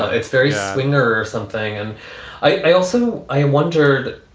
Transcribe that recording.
it's very swinger or something. and i also i wondered.